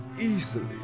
easily